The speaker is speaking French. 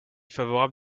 favorable